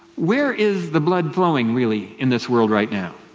where is the blood flowing, really, in this world right now?